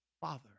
father